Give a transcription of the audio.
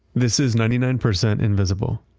this is ninety nine percent invisible.